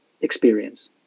experience